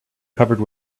covered